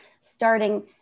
starting